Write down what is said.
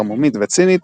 ערמומית וצינית,